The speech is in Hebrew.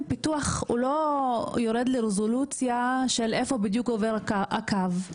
הפיתוח לא יורד לרזולוציה של איפה בדיוק עובר הקו,